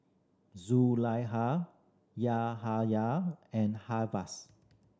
Zulaikha Yahaya and Hafas